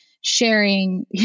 sharing